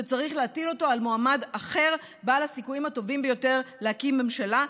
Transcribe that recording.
שצריך להטיל אותו על מועמד אחר בעל הסיכויים הטובים ביותר להקים ממשלה.